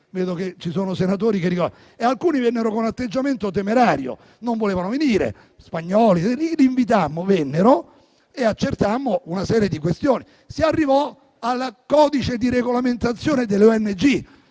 (vedo che ci sono senatori che lo ricordano) e alcuni vennero con atteggiamento timoroso e non volevano venire (come gli spagnoli), ma comunque vennero e accertammo una serie di questioni. Si arrivò al codice di regolamentazione delle ONG,